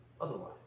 Otherwise